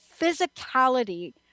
physicality